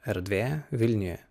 erdvė vilniuje